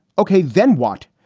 ok. then what?